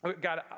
God